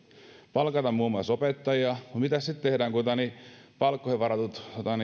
palkataan muun muassa opettajia no mitäs sitten tehdään kun palkkoihin varatut